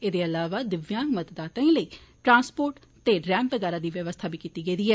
एहदे अलावा दिव्यांग मतदाताएं लेई ट्रांसपोर्ट ते रैंप वगैरा दी बवस्था बी कीती गेदी ऐ